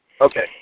Okay